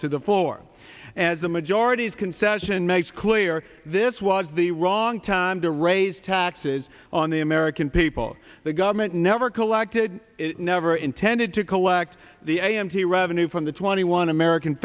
to the floor as the majority's concession makes clear this was the wrong time to raise taxes on the american people the government never collected it never intended to collect the a m t revenue from the twenty one american